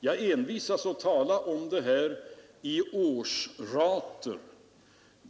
Jag envisas med att tala om detta i årsrater.